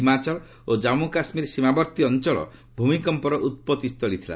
ହିମାଚଳ ଓ କାମ୍ମୁ କାଶ୍ମୀର ସୀମାବର୍ତ୍ତୀ ଅଞ୍ଚଳ ଭୂମିକମ୍ପର ଉତ୍ପତ୍ତି ସ୍ଥଳୀ ଥିଲା